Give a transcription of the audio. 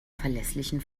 verlässlichen